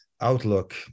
outlook